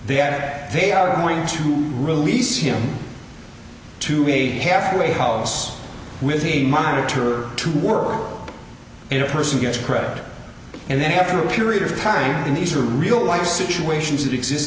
they at they are going to release him to a halfway house with a minute or two more in a person gets creditor and then after a period of time these are real life situations that exist